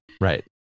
Right